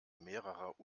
mehrerer